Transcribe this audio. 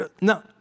No